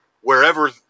wherever